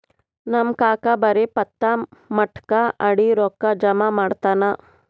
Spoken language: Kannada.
ನಮ್ ಕಾಕಾ ಬರೇ ಪತ್ತಾ, ಮಟ್ಕಾ ಆಡಿ ರೊಕ್ಕಾ ಜಮಾ ಮಾಡ್ತಾನ